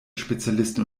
spezialisten